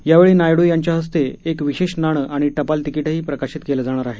यावेळी नायडू यांच्या हस्ते एक विशेष नाणं आणि टपाल तिकीटही प्रकाशित केलं जाणार आहे